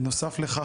בנוסף לכך,